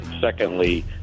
Secondly